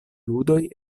ludoj